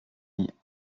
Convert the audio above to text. die